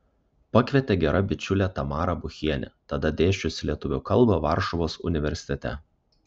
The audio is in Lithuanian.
pakvietė gera bičiulė tamara buchienė tada dėsčiusi lietuvių kalbą varšuvos universitete